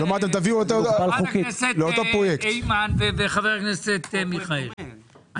חברי הכנסת איימן ומיכאל,